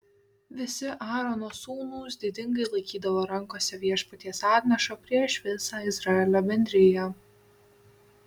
visi aarono sūnūs didingai laikydavo rankose viešpaties atnašą prieš visą izraelio bendriją